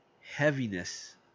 heaviness